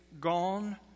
gone